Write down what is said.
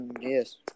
Yes